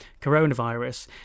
coronavirus